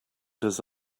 does